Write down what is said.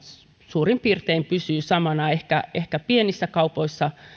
suurin piirtein pysyvät samana ehkä ehkä pienissä kaupoissa